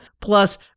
plus